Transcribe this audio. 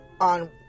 on